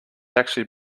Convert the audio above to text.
actually